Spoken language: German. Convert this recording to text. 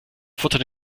futtern